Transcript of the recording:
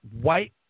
white